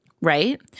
right